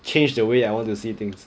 change the way I want to see things